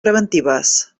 preventives